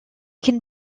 can